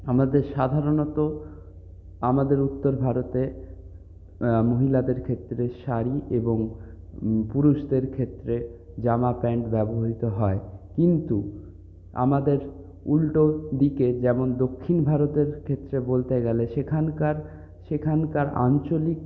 আমাদের সাধারণত আমাদের উত্তর ভারতে মহিলাদের ক্ষেত্রে শাড়ি এবং পুরুষদের ক্ষেত্রে জামা প্যান্ট ব্যবহৃত হয় কিন্তু আমাদের উল্টো দিকে যেমন দক্ষিণ ভারতের ক্ষেত্রে বলতে গেলে সেখানকার সেখানকার আঞ্চলিক